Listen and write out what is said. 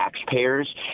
taxpayers